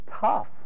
tough